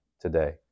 today